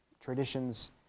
traditions